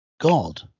God